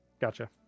Gotcha